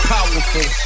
Powerful